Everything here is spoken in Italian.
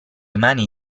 mani